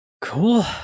Cool